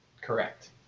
Correct